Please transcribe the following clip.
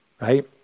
right